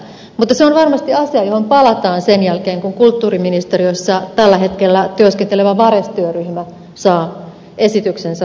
mutta se on varmasti asia johon palataan sen jälkeen kun kulttuuriministeriössä tällä hetkellä työskentelevä vares työryhmä saa esityksensä valmiiksi